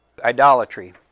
idolatry